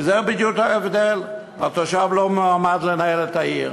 כי זה בדיוק ההבדל: התושב לא מועמד לנהל את העיר,